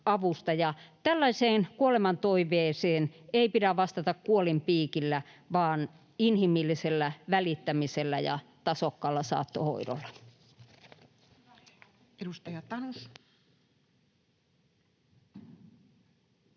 Tällaiseen kuolemantoiveeseen ei pidä vastata kuolinpiikillä vaan inhimillisellä välittämisellä ja tasokkaalla saattohoidolla.